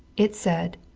it said,